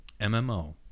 MMO